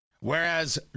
Whereas